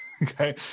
Okay